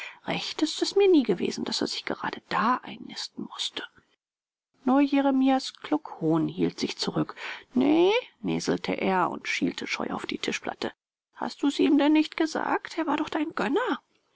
recht ist es mir nie gewesen daß er sich gerade da einnisten mußte nur jeremias kluckhohn hielt sich zurück nee näselte er und schielte scheu auf die tischplatte hast du's ihm denn nicht gesagt er war doch dein gönner